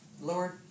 Lord